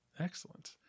Excellent